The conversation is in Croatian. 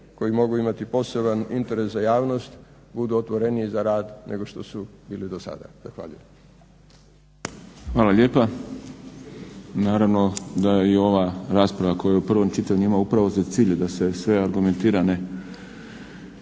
koji mogu imati poseban interes za javnost budu otvoreniji za rad nego što su bili do sada. Zahvaljujem. **Šprem, Boris (SDP)** Hvala lijepa. Naravno da i ova rasprava koja je u prvom čitanju ima upravo za cilj da se sve argumentirane